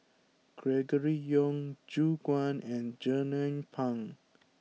Gregory Yong Gu Juan and Jernnine Pang